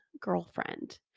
girlfriend